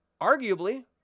Arguably